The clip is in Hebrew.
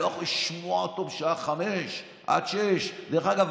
אני לא יכול לשמוע אותו בשעה 17:00 עד 18:00. דרך אגב,